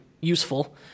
useful